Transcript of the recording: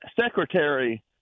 secretary